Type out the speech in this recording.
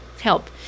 help